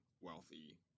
wealthy